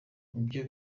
ibyo